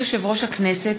הכנסת,